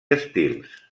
estils